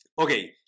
okay